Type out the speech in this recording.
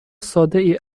سادهای